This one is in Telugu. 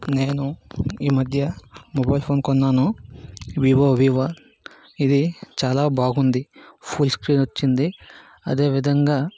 నేను ఈ మధ్య మొబైల్ ఫోన్ కొన్నాను వివో వివ ఇది చాలా బాగుంది ఫుల్ స్క్రీన్ వచ్చింది అదే విధంగా